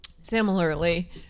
Similarly